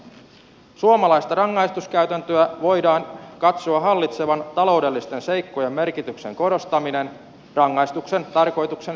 taloudellisten seikkojen merkityksen korostamisen voidaan katsoa hallitsevan suomalaista rangaistuskäytäntöä rangaistuksen tarkoituksen sijaan